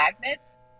magnets